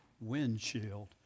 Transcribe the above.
windshield